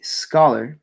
scholar